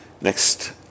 next